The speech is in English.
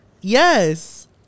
Yes